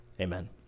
Amen